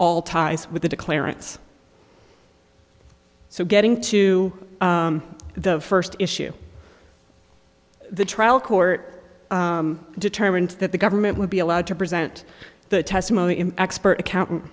all ties with the to clarence so getting to the first issue the trial court determined that the government would be allowed to present the testimony in expert accountant